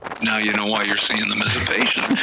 now you know why you're seeing them as a patient,